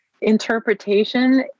interpretation